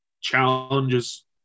challenges